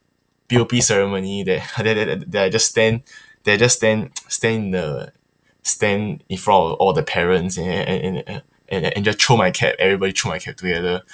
P_O_P ceremony that that that that that I just stand that I just stand stand in the stand in front of all the parents a~ a~ a~ a~ and and just throw my cap everybody throw my cap together